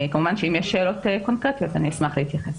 כמובן שאם יש שאלות קונקרטיות, אני אשמח להתייחס.